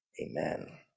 Amen